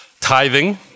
tithing